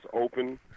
Open